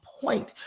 point